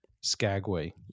Skagway